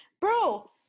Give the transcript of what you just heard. bro